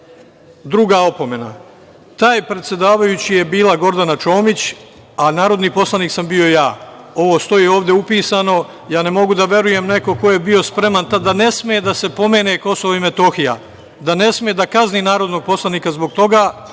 druga opomena. Taj predsedavajući je bila Gordana Čomić, a narodni poslanik sam bio ja. Ovo stoji ovde upisano. Ja ne mogu da verujem neko ko je bio spreman tad da ne sme da se spomene Kosovo i Metohija, da ne sme da kazni narodnog poslanika zbog toga,